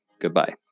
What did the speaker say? Goodbye